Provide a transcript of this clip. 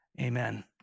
Amen